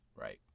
right